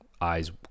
eyes